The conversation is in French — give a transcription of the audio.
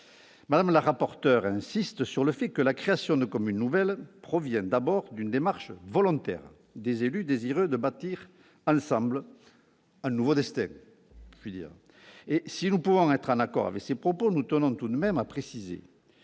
Mme la rapporteur insiste sur le fait que la création de communes nouvelles a d'abord pour origine une démarche volontaire des élus, désireux de bâtir ensemble un nouveau destin. Si nous pouvons être en accord avec ces propos, nous tenons tout de même à préciser